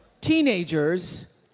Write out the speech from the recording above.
teenagers